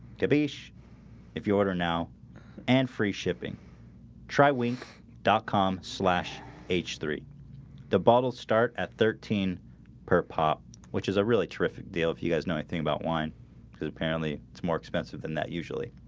de beach if you order now and free shipping try winx comm so h three the bottle start at thirteen pop which is a really terrific deal if you guys know anything about wine because apparently it's more expensive than that usually